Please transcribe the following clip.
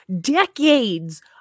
decades